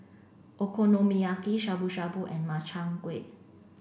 Okonomiyaki Shabu shabu and Makchang Gui